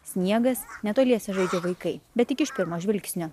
sniegas netoliese žaidžia vaikai bet tik iš pirmo žvilgsnio